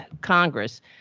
Congress